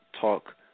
Talk